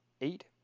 eight